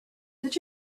did